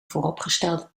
vooropgestelde